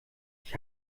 ich